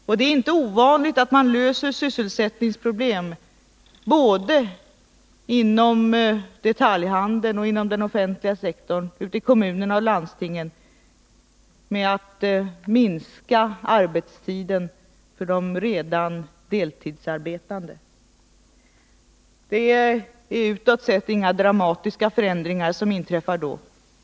Och det är inte ovanligt att man löser sysselsättningsproblemen inom såväl detaljhandeln som kommunerna och landstingen med att minska arbetstiden för de redan deltidsarbetande. Det är utåt sett ingen dramatisk förändring som då inträffar.